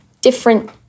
different